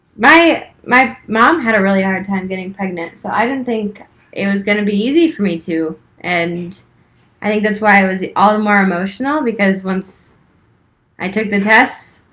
my my mom had a really hard time getting pregnant so i didn't think it was going to be easy for me to and i think that's why i was all the more emotional because once i took the test,